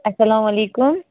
اسلامُ علیکُم